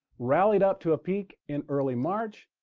rallied up to a peak in early march,